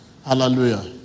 Hallelujah